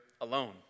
alone